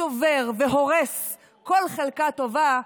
שובר והורס כל חלקה טובה,